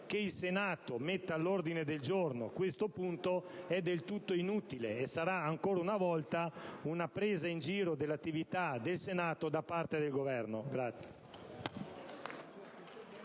che il Senato metta all'ordine del giorno questo punto è del tutto inutile e sarà ancora una volta una presa in giro dell'attività del Senato da parte del Governo.